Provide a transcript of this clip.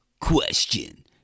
Question